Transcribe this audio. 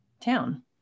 town